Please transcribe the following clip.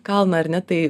kalną ar ne tai